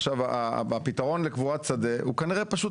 עכשיו הפתרון לקבורת שדה הוא כנראה פשוט